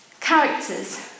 characters